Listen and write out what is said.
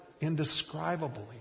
indescribably